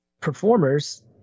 performers